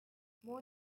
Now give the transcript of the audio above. more